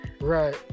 right